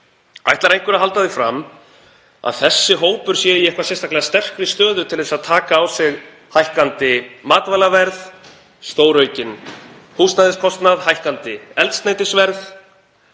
Ætlar einhver að halda því fram að þessi hópur sé í eitthvað sérstaklega sterkri stöðu til að taka á sig hækkandi matvælaverð, stóraukinn húsnæðiskostnað, hækkandi eldsneytisverð?